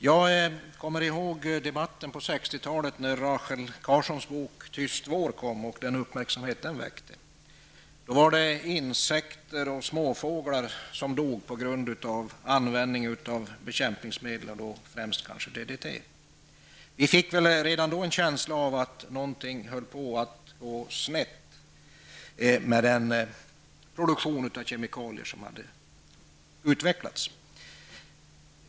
Jag kommer ihåg debatten på 1960-talet när Rachel Carsons bok Tyst vår kom och vilken uppmärksamhet den väckte. Då var det insekter och småfåglar som dog på grund av användning av bekämpningsmedel, främst kanske DDT. Vi fick väl redan då en känsla av att någonting höll på att gå snett med den produktion av kemikalier som hade utvecklats.